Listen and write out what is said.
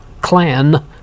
clan